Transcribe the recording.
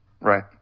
Right